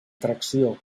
tracció